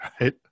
Right